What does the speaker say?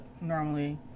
normally